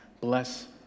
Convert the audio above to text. Bless